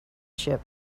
ship